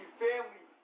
family